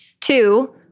Two